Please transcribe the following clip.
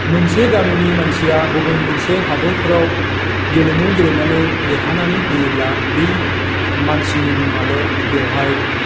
मोनसे गामिनि मानसिया गुबुन मोनसे हादरफोराव गेलेमु गेलेनानै देरहानानै फैयोब्ला बै मानसिनि मुङाल' बेवहाय